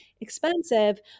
expensive